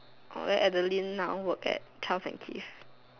orh then Adeline now work at Charles and Keith